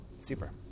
super